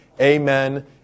Amen